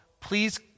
please